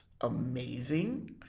amazing